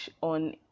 on